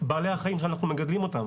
בעלי החיים שאנחנו מגדלים אותם.